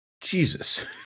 Jesus